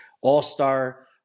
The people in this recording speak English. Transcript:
All-star